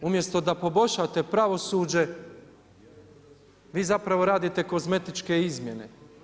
Umjesto da poboljšate pravosuđe vi zapravo radite kozmetičke izmjene.